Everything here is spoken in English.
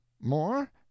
More